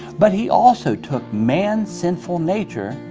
but he also took man's sinful nature,